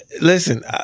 Listen